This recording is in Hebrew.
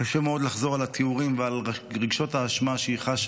קשה מאוד לחזור על התיאורים ועל רגשות האשמה שהיא חשה